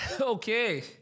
Okay